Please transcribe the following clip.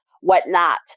whatnot